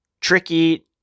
tricky